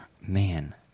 Man